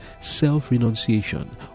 self-renunciation